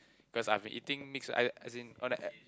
cause I've been eating mix as as in on a a~